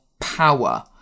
power